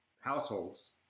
households